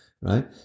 Right